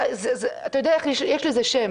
אתה יודע, יש לזה שם.